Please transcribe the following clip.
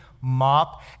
mop